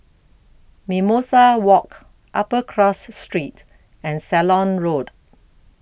Mimosa Walk Upper Cross Street and Ceylon Road